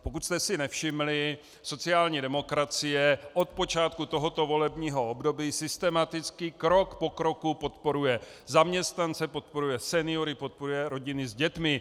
Pokud jste si nevšimli, sociální demokracie od počátku tohoto volebního období systematicky krok po kroku podporuje zaměstnance, podporuje seniory, podporuje rodiny s dětmi.